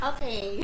Okay